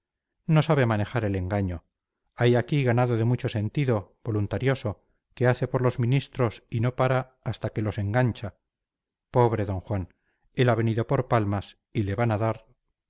no sabe manejar el engaño hay aquí ganado de mucho sentido voluntarioso que hace por los ministros y no para hasta que los engancha pobre d juan él ha venido por palmas y le van a dar